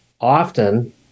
often